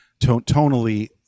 tonally